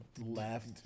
Left